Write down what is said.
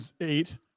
eight